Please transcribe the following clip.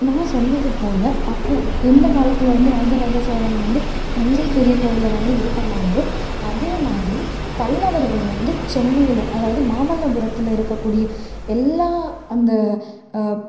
நான் சொன்னது போல் அப்போது இந்த காலத்தில் வந்து ராஜராஜ சோழன் வந்து தஞ்சை பெரிய கோவில வந்து இது பண்ணுனாங்களோ அதேமாதிரி பல்லவர்கள் வந்து சென்னையில் அதாவது மாமல்லபுரத்தில் இருக்கக்கூடிய எல்லா அந்த